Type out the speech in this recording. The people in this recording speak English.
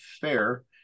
fair